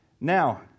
Now